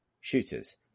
shooters